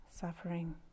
suffering